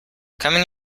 coming